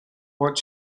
what